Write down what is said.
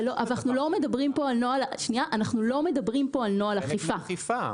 אנחנו לא מדברים כאן על נוהל אכיפה.